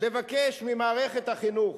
לבקש ממערכת החינוך,